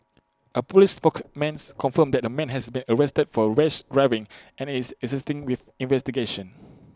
A Police spokesman confirmed that A man has been arrested for rash driving and is assisting with investigations